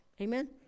Amen